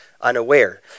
unaware